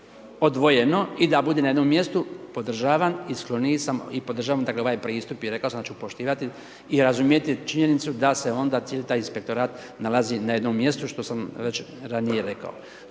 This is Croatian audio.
odvojeno i da bude na jednom mjestu, podržavam i skloniji sam, i podržavam, dakle, ovaj pristup i rekao sam da ću poštivati i razumjeti činjenicu da se onda cijeli taj Inspektorat nalazi na jednom mjestu, što sam već ranije rekao.